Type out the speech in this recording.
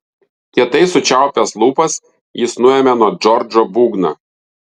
kietai sučiaupęs lūpas jis nuėmė nuo džordžo būgną